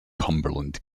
cumberland